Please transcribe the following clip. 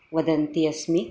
वदन्ति अस्मि